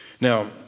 Now